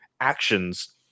actions